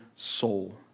soul